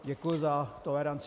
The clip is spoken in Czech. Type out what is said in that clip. Děkuji za toleranci.